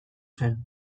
zen